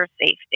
safety